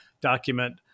document